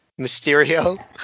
Mysterio